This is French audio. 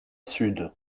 sud